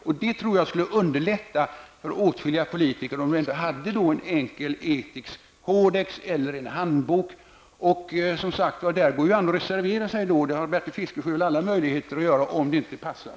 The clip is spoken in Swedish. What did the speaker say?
Jag tror att det skulle underlätta för åtskilliga politiker om vi ändå hade en enkel etisk kodex eller en handbok. Där går det att reservera sig. Det kan Bertil Fiskesjö, och alla som vill, göra om det inte passar.